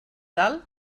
dalt